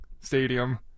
stadium